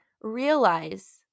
realize